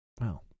Wow